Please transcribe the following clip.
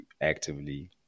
actively